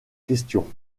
question